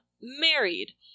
Married